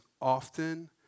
often